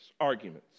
arguments